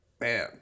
man